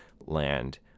land